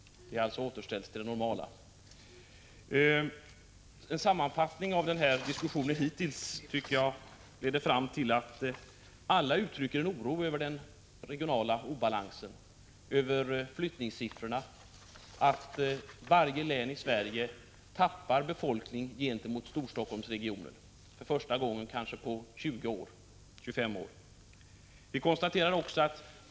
Det är alltså återigen som det normalt brukar vara. Som en sammanfattning av diskussionen hittills vill jag säga att alla talare uttrycker en oro över den regionala obalansen, över flyttningssiffrorna. Varje län i Sverige tappar ju befolkning till Storstockholmsregionen. Det är första gången på 20, ja, kanske 25 år som någonting sådant kan konstateras.